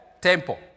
temple